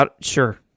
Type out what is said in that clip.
Sure